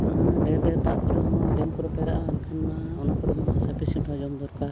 ᱵᱟᱠᱷᱟᱱ ᱱᱟᱜ ᱰᱷᱮᱹᱨ ᱰᱷᱮᱹᱨ ᱫᱟᱜ ᱠᱚᱨᱮᱦᱚᱸ ᱰᱮᱢ ᱠᱚᱨᱮᱦᱚᱸ ᱯᱟᱭᱨᱟᱜ ᱦᱚᱸ ᱮᱱᱠᱷᱟᱱᱢᱟ ᱚᱱᱟ ᱠᱚᱨᱮᱢᱟ ᱥᱟᱯᱷᱤᱥᱤᱭᱮᱴ ᱦᱚᱸ ᱡᱚᱢ ᱫᱚᱨᱠᱟᱨ